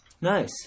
Nice